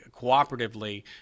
cooperatively